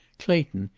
clayton,